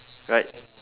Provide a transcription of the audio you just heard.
right